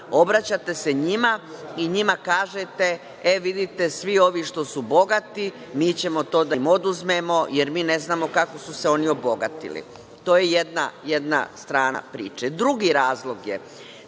obraćate se njima i kažete - e, vidite, svi ovi što su bogati mi ćemo to da im oduzmemo jer mi ne znamo kako su se oni obogatili. To je jedna strana priče. Drugi razlog je